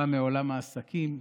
בא מעולם העסקים,